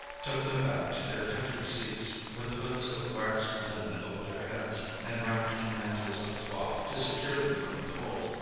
took them back to their country seats, with hoods of waxed linen over their heads, and wrapped in mantles of cloth, to secure them from the cold.